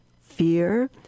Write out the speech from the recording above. fear